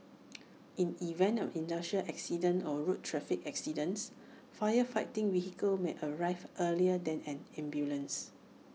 in event of industrial accidents or road traffic accidents fire fighting vehicles may arrive earlier than an ambulance